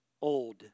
old